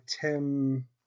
Tim